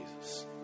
Jesus